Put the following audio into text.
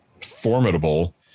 formidable